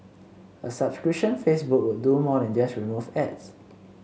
a subscription Facebook would do more than just remove ads